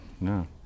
no